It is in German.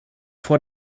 vor